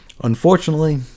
Unfortunately